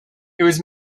was